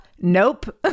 Nope